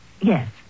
Yes